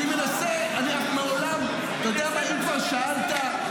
אם כבר שאלת,